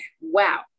wow